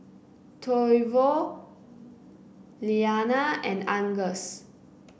Toivo Iliana and Angus